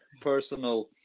personal